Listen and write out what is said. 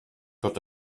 tot